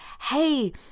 hey